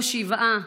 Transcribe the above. לא שבעה,